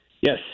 Yes